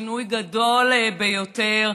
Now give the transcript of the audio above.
שינוי גדול ביותר,